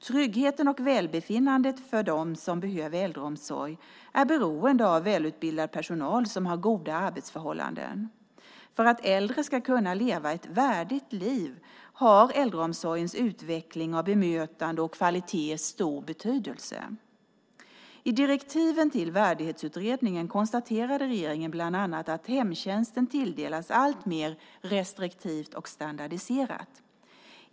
Tryggheten och välbefinnandet för dem som behöver äldreomsorg är beroende av välutbildad personal som har goda arbetsförhållanden. För att äldre ska kunna leva ett värdigt liv har äldreomsorgens utveckling av bemötande och kvalitet stor betydelse. I direktiven till Värdighetsutredningen konstaterade regeringen bland annat att hemtjänsten tilldelas allt mer restriktivt och standardiserat.